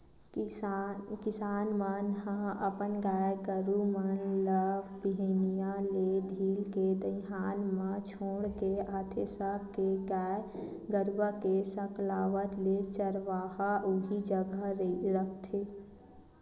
किसान मन ह अपन गाय गरु मन ल बिहनिया ले ढील के दईहान म छोड़ के आथे सबे के गाय गरुवा के सकलावत ले चरवाहा उही जघा रखथे